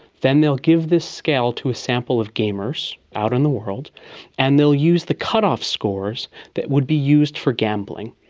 then they will give this scale to a sample of gamers out in the world and they will use the cut-off scores that would be used for gambling.